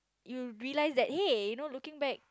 you realise that hey you know looking back